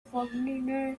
foreigner